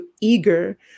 eager